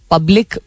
Public